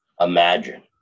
Imagine